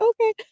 okay